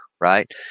right